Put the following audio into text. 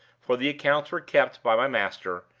for the accounts were kept by my master,